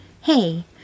Hey